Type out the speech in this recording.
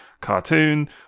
cartoon